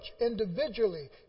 individually